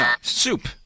soup